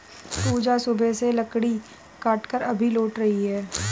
पूजा सुबह से लकड़ी काटकर अभी लौट रही है